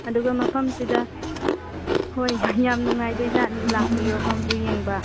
ꯑꯗꯨꯒ ꯃꯐꯝꯁꯤꯗ ꯍꯣꯏ ꯌꯥꯝ ꯅꯨꯡꯉꯥꯏꯗꯣꯏ ꯖꯥꯠꯅꯤ ꯂꯥꯛꯄꯤꯌꯣ ꯁꯣꯝꯁꯨ ꯌꯦꯡꯕ